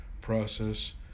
process